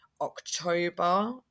October